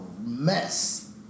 mess